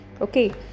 Okay